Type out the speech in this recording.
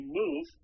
move